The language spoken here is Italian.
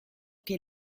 che